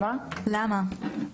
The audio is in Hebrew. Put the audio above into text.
למה?